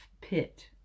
pit